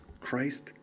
Christ